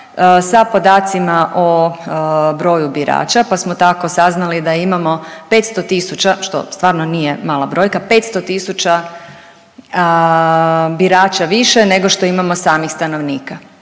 sa podacima o broju birača pa smo tako saznali da imamo 500 tisuća, što stvarno nije mala brojka, 500 tisuća birača više nego što imamo samih stanovnika.